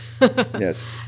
Yes